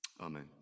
Amen